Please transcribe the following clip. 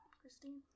Christine